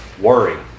Worry